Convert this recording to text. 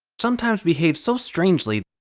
sometimes behave so strangely.